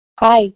Hi